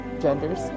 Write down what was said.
genders